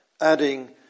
adding